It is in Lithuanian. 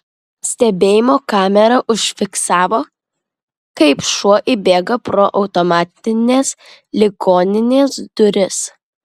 stebėjimo kamera užfiksavo kaip šuo įbėga pro automatines ligoninės duris